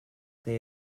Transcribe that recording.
they